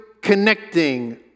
connecting